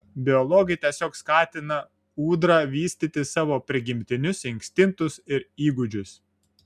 biologai tiesiog skatina ūdra vystyti savo prigimtinius instinktus ir įgūdžius